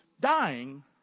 dying